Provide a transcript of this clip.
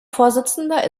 vorsitzender